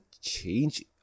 change